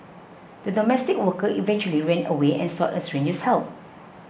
the domestic worker eventually ran away and sought a stranger's help